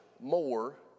more